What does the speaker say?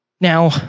Now